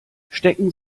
stecken